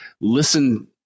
listen